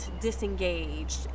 disengaged